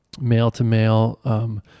male-to-male